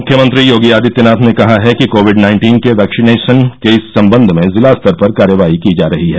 मुख्यमंत्री योगी आदित्यनाथ ने कहा है कि कोविड नाइन्टीन के वैक्सीनेशन के सम्बन्ध में जिला स्तर पर कार्यवाही की जा रही है